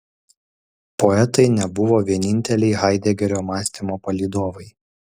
poetai nebuvo vieninteliai haidegerio mąstymo palydovai